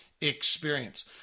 experience